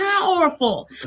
powerful